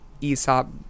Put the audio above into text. Aesop